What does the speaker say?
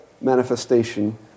manifestation